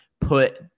put